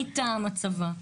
מטעם הצבא,